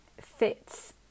fits